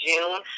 June